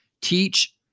teach